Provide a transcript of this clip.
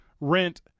rent